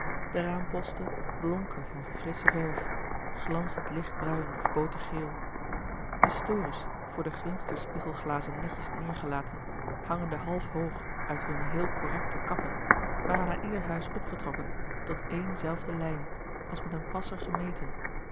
de raamposten blonken van frissche verf glanzend lichtbruin of botergeel de store's voor de glinster spiegelglazen netjes neêrgelaten hangende half hoog uit hunne heel correcte kappen waren aan ieder huis opgetrokken tot éen zelfde lijn als met een passer